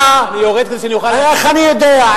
איך אני יודע?